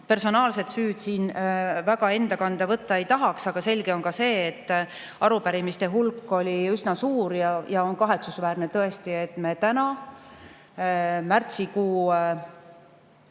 personaalset süüd siin väga enda kanda võtta ei tahaks. Aga selge on ka see, et arupärimiste hulk oli üsna suur, ja on kahetsusväärne tõesti, et me täna, märtsikuu